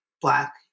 Black